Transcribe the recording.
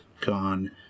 Gone